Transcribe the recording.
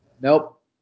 Nope